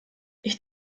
ich